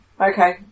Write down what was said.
Okay